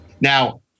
Now